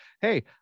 hey